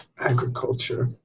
Agriculture